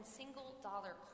single-dollar